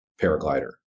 paraglider